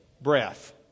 breath